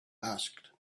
asked